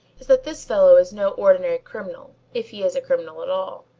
is that this fellow is no ordinary criminal, if he is a criminal at all.